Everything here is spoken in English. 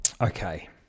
Okay